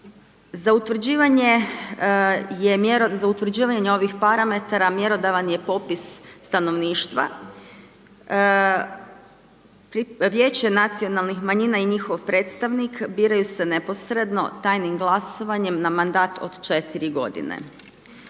Za utvrđivanje ovih parametara mjerodavan je popis stanovništva. Vijeće nacionalnih manjina i njihov predstavnik biraju se neposredno, tajnim glasovanjem na mandat od 4 godine.